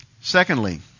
Secondly